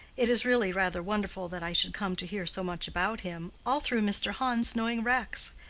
it is really rather wonderful that i should come to hear so much about him, all through mr. hans knowing rex,